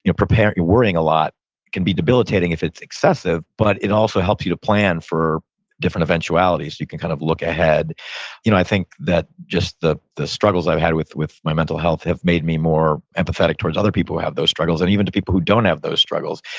your worrying a lot can be debilitating if it's excessive, but it also helps you to plan for different eventualities. you can kind of look ahead you know i think that just the the struggles i've had with with my mental health have made me more empathetic towards other people have those struggles and even to people who don't have those struggles.